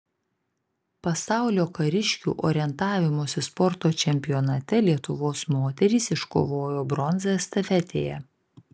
pasaulio kariškių orientavimosi sporto čempionate lietuvos moterys iškovojo bronzą estafetėje